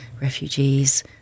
refugees